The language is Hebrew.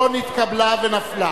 לא נתקבלה ונפלה.